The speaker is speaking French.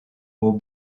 aux